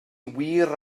wir